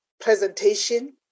presentation